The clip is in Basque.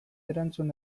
erantzun